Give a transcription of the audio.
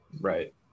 right